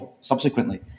subsequently